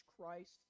Christ